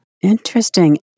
Interesting